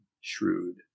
shrewd